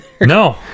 no